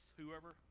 whoever